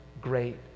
Great